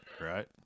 right